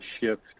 shift